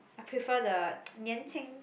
I prefer the 年轻